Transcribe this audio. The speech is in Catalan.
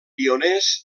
pioners